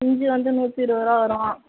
இஞ்சி வந்து நூற்றி இருபதுரூவா வரும்